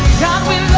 god we